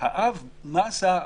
מה עשה האב?